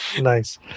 Nice